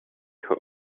who